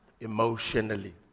emotionally